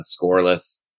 scoreless